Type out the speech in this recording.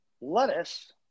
lettuce